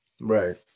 Right